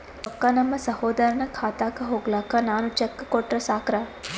ರೊಕ್ಕ ನಮ್ಮಸಹೋದರನ ಖಾತಕ್ಕ ಹೋಗ್ಲಾಕ್ಕ ನಾನು ಚೆಕ್ ಕೊಟ್ರ ಸಾಕ್ರ?